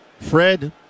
Fred